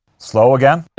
slow, again